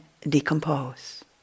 decompose